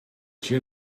you